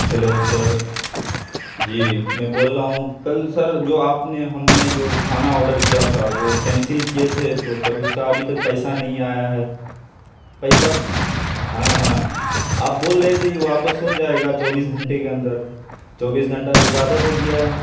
hello sir جی میں بول رہا ہوں کل سر جو آپ نے ہم نے جو کھانا آڈر کیا تھا وہ کینسل کیے تھے تو سر اس کا ابھی تک پیسہ نہیں آیا ہے پیسہ ہاں ہاں آپ بول رہے تھے کہ واپس ہو جائے گا چوبیس گھنٹے کے اندر چوبیس گھنٹہ سے زیادہ ہو گیا ہے